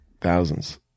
thousands